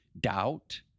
doubt